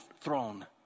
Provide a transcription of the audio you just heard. throne